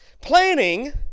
Planning